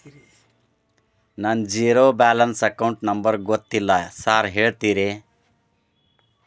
ನನ್ನ zero balance account number ಗೊತ್ತಿಲ್ಲ sir ಹೇಳ್ತೇರಿ?